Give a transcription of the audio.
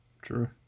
True